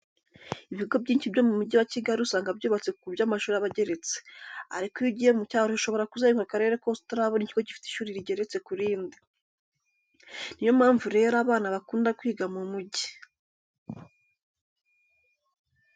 Ibigo byinshi byo mu Mujyi wa Kigali usanga byubatse ku buryo amashuri aba ageretse, ariko iyo ugiye mu cyaro ushobora kuzenguruka akarere kose utarabona ikigo gifite ishuri rigeretse ku rindi. Ni yo mpamvu rero abana bakunda kwiga mu mujyi.